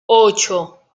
ocho